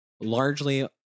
largely